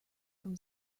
from